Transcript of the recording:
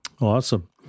Awesome